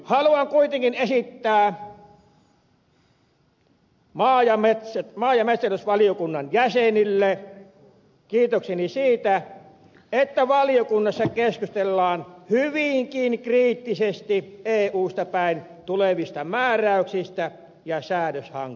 haluan kuitenkin esittää maa ja metsätalousvaliokunnan jäsenille kiitokseni siitä että valiokunnassa keskustellaan hyvinkin kriittisesti eusta päin tulevista määräyksistä ja säädöshankkeista